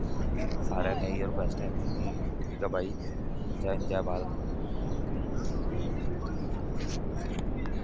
सारे अग्गे इयै रिक्वेस्ट ऐ ठीक ऐ भाई जय हिन्द जय भारत